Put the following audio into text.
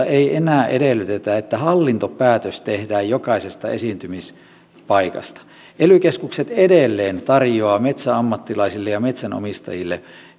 ei enää edellytetä että hallintopäätös tehdään jokaisesta esiintymispaikasta ely keskukset edelleen tarjoavat metsäammattilaisille ja metsänomistajille